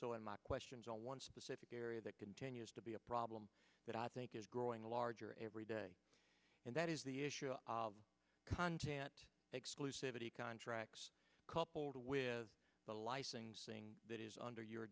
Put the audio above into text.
so in my questions on one specific area that continues to be a problem that i think is growing larger every day and that is the issue of content contracts coupled with the licensing that is under your